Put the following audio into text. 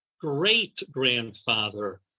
great-grandfather